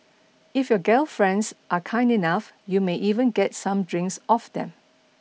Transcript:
if your gal friends are kind enough you may even get some drinks off them